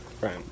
right